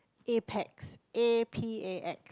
Apex A P E X